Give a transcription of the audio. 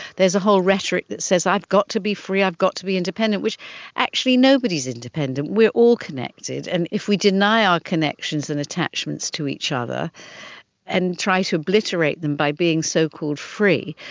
there's a whole rhetoric that says i've got to be free, i've got to be independent', which actually nobody is independent, we are all connected, and if we deny our connections and attachments to each other and try to obliterate them by being so-called free,